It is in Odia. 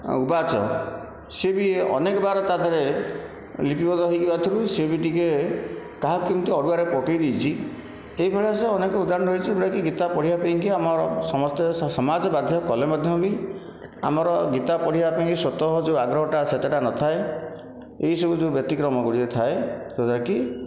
ଆଉ ଉବାଚ ସେ ବି ଅନେକ ବାର ତା' ଦେହରେ ଲିପିବଦ୍ଧ ହୋଇକି ଥିବାରୁ ସେ ବି ଟିକିଏ କାହାକୁ କେମତି ଅଡ଼ୁଆରେ ପକେଇ ଦେଇଛି ଏହି ଭଳିଆ ସବୁ ଅନେକ ଉଦାହରଣ ରହିଛି ସେଗୁଡ଼ାକି ଗୀତା ପଢ଼ିବା ପାଇଁକି ଆମର ସମସ୍ତେ ସମାଜ ବାଧ୍ୟ କଲେ ମଧ୍ୟ ବି ଆମର ଗୀତା ପଢ଼ିବା ପାଇଁ ସ୍ଵତଃ ଯେଉଁ ଆଗ୍ରହ ଟା ସେତେଟା ନଥାଏ ଏହି ସବୁ ଯେଉଁ ବ୍ୟତିକ୍ରମ ଗୁଡ଼ିକ ଥାଏ ଯେଉଁ ଦ୍ଵାରା କି